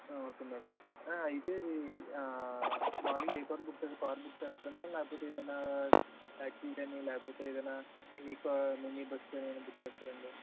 okay madam అయితే అది మాములుగా ఏ కారు బుక్ చే కార్ బుక్ చేస్తారా మ్యాడం లేకపోతె ఏదన్నా ట్యాక్సీ గానీ లేకపోతె ఏదన్నా మినీ కార్ మినీ బస్ కానీ ఏదైనా బుక్ చేస్తారండి